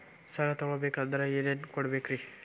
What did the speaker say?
ಸಾಲ ತೊಗೋಬೇಕಂದ್ರ ಏನೇನ್ ಕೊಡಬೇಕ್ರಿ?